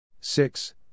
Six